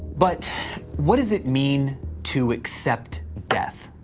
but what does it mean to accept death?